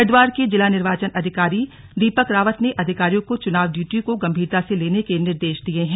हरिद्वार के जिला निर्वाचन अधिकारी दीपक रावत ने अधिकारियों को चुनाव ड्यूटी को गंभीरता से लेने के निर्देश दिये हैं